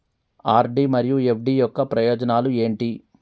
RD మరియు FD యొక్క ప్రయోజనాలు ఏంటి?